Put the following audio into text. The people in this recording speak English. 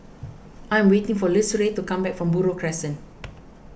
I'm waiting for Lucero to come back from Buroh Crescent